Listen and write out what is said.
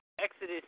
Exodus